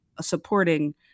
supporting